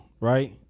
right